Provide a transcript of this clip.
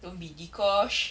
don't be dee kosh